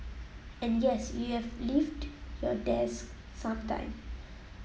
and yes you have leaved your desk sometime